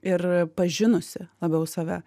ir pažinusi labiau save